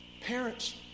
parents